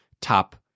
top